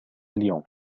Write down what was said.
اليوم